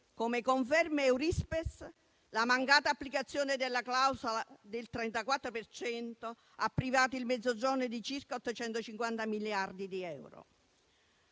come conferma Eurispes, la mancata applicazione della clausola del 34 per cento ha privato il Mezzogiorno di circa 850 miliardi di euro.